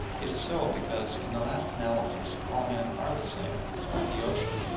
it is so because in the last analysis all men are the same, like the ocean,